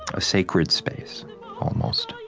a sacred space almost.